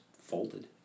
folded